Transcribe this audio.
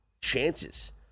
chances